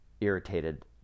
irritated